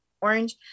orange